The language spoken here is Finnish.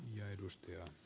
ja edustajaa